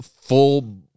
full